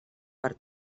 per